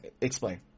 Explain